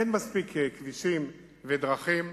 אין מספיק כבישים ודרכים.